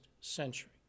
century